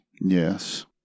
Yes